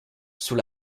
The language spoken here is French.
sous